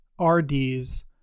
RDs